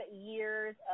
years